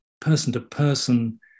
person-to-person